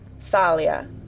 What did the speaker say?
Thalia